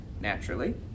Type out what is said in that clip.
naturally